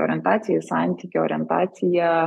orientacija į santykį orientacija